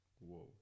whoa